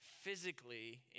physically